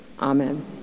Amen